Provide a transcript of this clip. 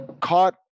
caught